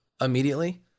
immediately